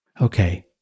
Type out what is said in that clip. Okay